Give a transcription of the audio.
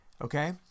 Okay